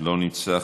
לא נמצא.